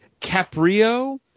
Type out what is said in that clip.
caprio